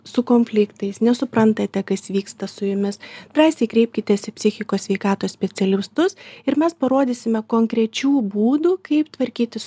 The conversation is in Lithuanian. su konfliktais nesuprantate kas vyksta su jumis drąsiai kreipkitės į psichikos sveikatos specialistus ir mes parodysime konkrečių būdų kaip tvarkytis